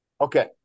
Okay